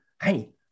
Hey